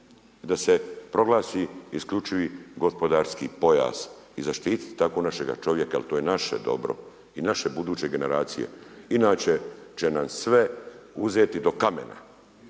da se proglasi isključivi gospodarski pojas i zaštititi tako našega čovjeka jer to je naše dobro i naše buduće generacije, inače će nam sve uzeti do kamena,